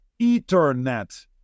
ethernet